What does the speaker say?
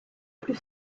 plus